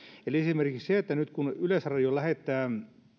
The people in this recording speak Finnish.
esimerkiksi nyt kun yleisradio lähettää